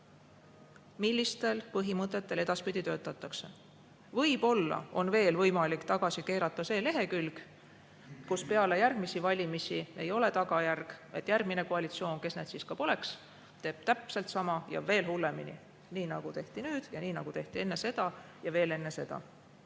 milliste põhimõtete järgi edaspidi töötatakse. Võib-olla on veel võimalik tagasi keerata see lehekülg, kus peale järgmisi valimisi järgmine koalitsioon, kes need siis ka poleks, teeb täpselt sama ja veel hullemini, nii nagu tehti nüüd ja nii nagu tehti enne seda ja veel enne seda.